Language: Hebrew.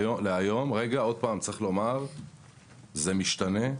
שוב צריך לומר שזה משתנה,